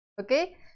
Okay